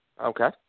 Okay